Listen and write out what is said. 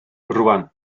rwan